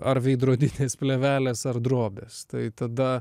ar veidrodinės plėvelės ar drobės tai tada